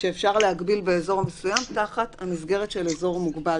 שאפשר להגביל באזור מסוים תחת המסגרת של אזור מוגבל,